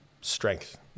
strength